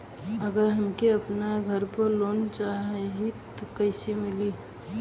अगर हमके अपने घर पर लोंन चाहीत कईसे मिली?